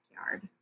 backyard